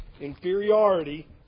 inferiority